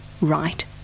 right